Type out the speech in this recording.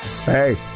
Hey